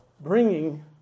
bringing